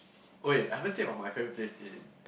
wait I haven't say about my friend place in